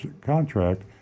contract